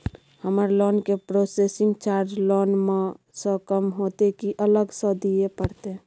हमर लोन के processing charge loan म स कम होतै की अलग स दिए परतै?